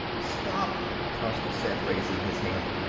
stop! costa said, raising his hand.